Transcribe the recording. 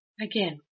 Again